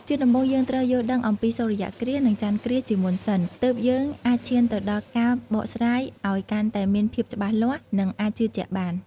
ជាដំបូងយើងត្រូវយល់ដឹងអំពីសូរ្យគ្រាស នឹងចន្ទគ្រាសជាមុនសិន ទើបយើងអាចឈានទៅដល់ការបកស្រាយអោយកាន់តែមានភាពច្បាស់លាស់ នឹងអាចជឿជាក់បាន ។